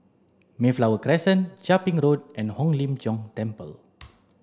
Mayflower Crescent Chia Ping Road and Hong Lim Jiong Temple